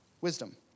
wisdom